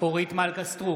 אורית מלכה סטרוק,